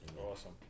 Awesome